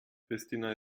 pristina